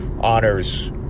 honors